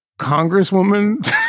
congresswoman